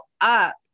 Up